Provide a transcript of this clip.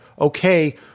okay